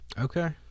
Okay